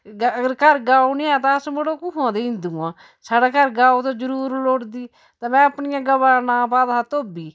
ते अगर घर गौ नी ऐ तां अस मड़ो कुथुंआं दा हिंदू आं साढ़े घर गौ ते जरूर लोड़दी ते में अपनियें गवा दा नांऽ पाए दा हा धोबी